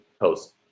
post